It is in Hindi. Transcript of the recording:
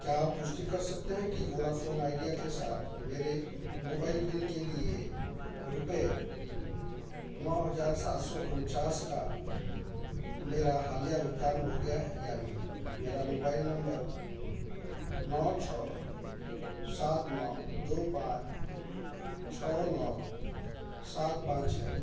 क्या आप पुष्टि कर सकते हैं कि वोडाफ़ोन आइडिया के साथ मेरे मोबाइल बिल के लिए रुपये नौ हज़ार सात सौ उनचास का मेरा हालिया भुगतान हो गया है या नहीं मेरा मोबाइल नम्बर नौ छः सात नौ दो पाँच छः नौ सात पाँच है